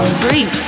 free